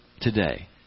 today